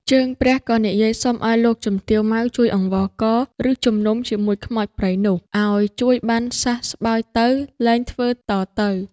ជើងព្រះក៏និយាយសុំឲ្យលោកជំទាវ ម៉ៅ ជួយអង្វរករ ឬជំនុំជាមួយខ្មោចព្រៃនោះ ឲ្យជួយបានសះស្បើយទៅ លែងធ្វើតទៅ ។